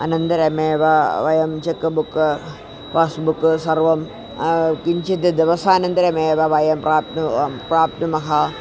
अनन्तरमेव वयं chequebook passbook सर्वं किञ्चिद् दिवसानन्तरमेव वयं प्राप्नुमः प्राप्नुमः